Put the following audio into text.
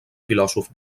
filòsof